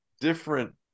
different